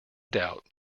doubt